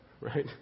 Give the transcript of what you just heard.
right